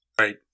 Right